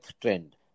trend